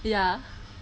ya